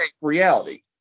Reality